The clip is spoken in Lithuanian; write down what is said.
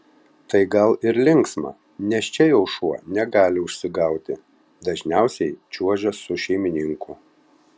tai gal ir linksma nes čia jau šuo negali užsigauti dažniausiai čiuožia su šeimininku